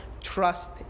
trust